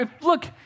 look